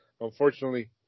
unfortunately